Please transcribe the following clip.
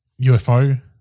UFO